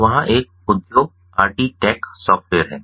तो वहाँ एक उद्योग Rt टेक सॉफ्टवेयर है